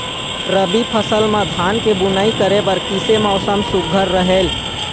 रबी फसल म धान के बुनई करे बर किसे मौसम सुघ्घर रहेल?